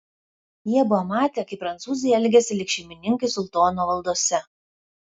jie buvo matę kaip prancūzai elgiasi lyg šeimininkai sultono valdose